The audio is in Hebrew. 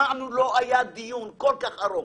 לא היה דיון כל כך ארוך,